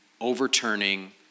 overturning